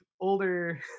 older